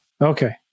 Okay